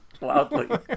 loudly